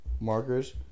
Markers